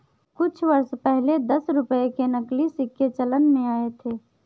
कुछ वर्ष पहले दस रुपये के नकली सिक्के चलन में आये थे